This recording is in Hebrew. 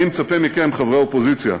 אני מצפה מכם, חברי האופוזיציה,